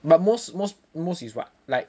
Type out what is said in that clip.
but most most most is what like